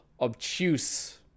obtuse